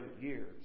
years